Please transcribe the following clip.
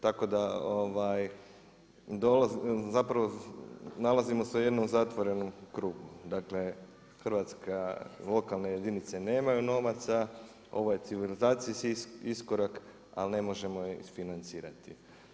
Tako da zapravo nalazimo se u jednom zatvorenom krugu, dakle Hrvatska, lokalne jedinice nemaju novaca, ovo je civilizacijski iskorak ali ne možemo je isfinancirati.